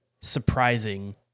surprising